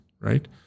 right